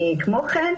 כמו כן,